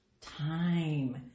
time